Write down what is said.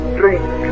drink